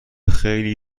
خیلی